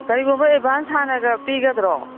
ꯀꯔꯤꯒꯨꯝꯕ ꯑꯦꯠꯚꯥꯟꯁ ꯍꯥꯟꯅꯒ ꯄꯤꯒꯗ꯭ꯔꯣ